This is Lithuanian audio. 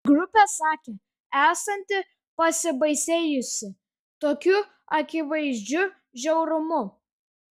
grupė sakė esanti pasibaisėjusi tokiu akivaizdžiu žiaurumu